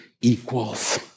equals